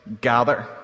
gather